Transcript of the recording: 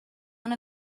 one